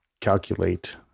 calculate